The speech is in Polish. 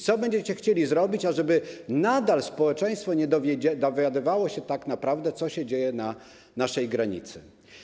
Co będziecie chcieli zrobić, ażeby nadal społeczeństwo nie dowiadywało się tak naprawdę, co się dzieje na naszej granicy?